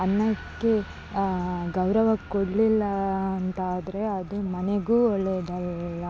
ಅನ್ನಕ್ಕೆ ಗೌರವ ಕೊಡಲಿಲ್ಲ ಅಂತಾದರೆ ಅದು ಮನೆಗೂ ಒಳ್ಳೆಯದಲ್ಲ ಅಂತ